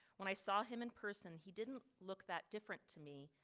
when i saw him in person, he didn't look that different to me.